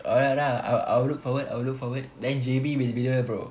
alright alright I wi~ I will look forward I will look forward then J_B will be here for